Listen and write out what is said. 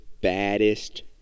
baddest